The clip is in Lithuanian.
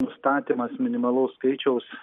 nustatymas minimalaus skaičiaus